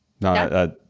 No